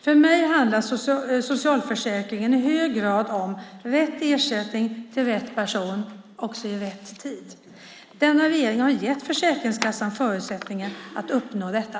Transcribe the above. För mig handlar socialförsäkringen i hög grad om rätt ersättning till rätt person, också i rätt tid. Denna regering har gett Försäkringskassan förutsättningar att uppnå detta.